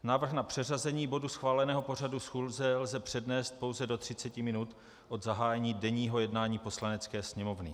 Návrh na přeřazení bodu schváleného pořadu schůze lze přednést pouze do 30 minut od zahájení denního jednání Poslanecké sněmovny.